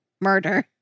murder